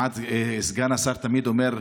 סגן השר תמיד אומר: